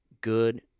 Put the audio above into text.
good